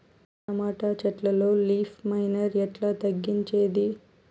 Tomato చెట్లల్లో leaf miner ఎట్లా తగ్గించేది?